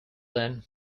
then